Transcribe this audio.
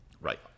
right